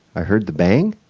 i heard the bang,